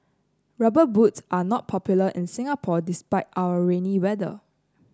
rubber boots are not popular in Singapore despite our rainy weather